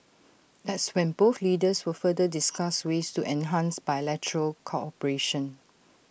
that's when both leaders will further discuss ways to enhance bilateral cooperation